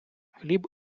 хліб